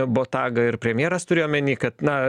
botagą ir premjeras turi omeny kad na